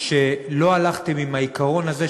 שלא הלכתם עם העיקרון הזה,